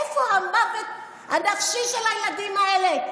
איפה המוות הנפשי של הילדים האלה?